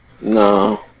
No